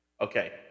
Okay